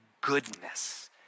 goodness